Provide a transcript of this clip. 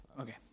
Okay